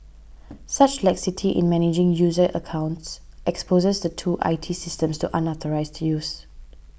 such laxity in managing user accounts exposes the two I T systems to unauthorised used